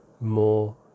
more